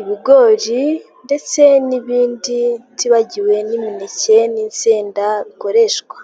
ibigori, ndetse n'ibinditi utibagiwe n'imineke n'insenda bikoreshwa.